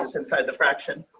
inside the fraction